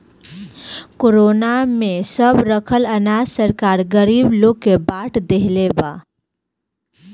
corona में सब रखल अनाज सरकार गरीब लोग के बाट देहले बा